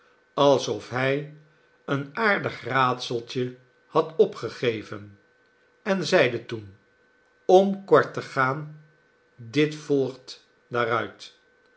alsof hij een aardig raadseltje had opgegeven en zeide toen om kort te gaan dit volgt daaruit